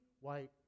white